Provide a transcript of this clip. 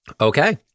Okay